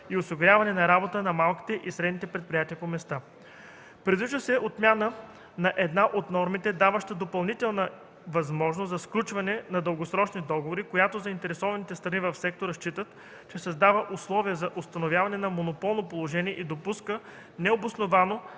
и осигуряване на работа на малките и средните предприятия по места. Предвижда се отмяна на една от нормите, даваща допълнителна възможност за сключване на дългосрочни договори, която заинтересованите страни в сектора считат, че създава условия за установяване на монополно положение и допуска необосновано